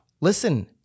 Listen